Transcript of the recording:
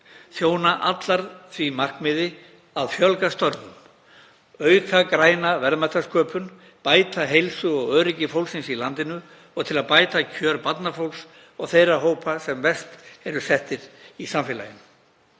þjóna allar því markmiði að fjölga störfum, auka græna verðmætasköpun, bæta heilsu og öryggi fólksins í landinu og til að bæta kjör barnafólks og þeirra hópa sem verst eru settir í samfélaginu.